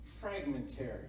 fragmentary